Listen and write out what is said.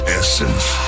essence